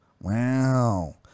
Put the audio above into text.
Wow